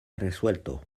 resuelto